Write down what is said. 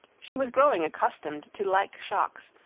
she was growing accustomed to like shocks,